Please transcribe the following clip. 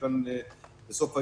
בסוף היום,